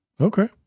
Okay